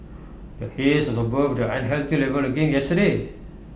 the haze was above the unhealthy level again yesterday